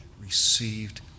received